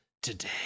Today